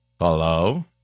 Hello